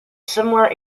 similar